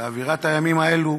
באווירת הימים האלה,